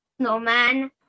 snowman